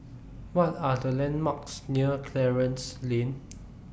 What Are The landmarks near Clarence Lane